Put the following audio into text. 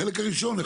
החלק הראשון,